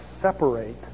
separate